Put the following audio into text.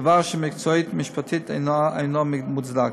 דבר שמקצועית ומשפטית אינו מוצדק.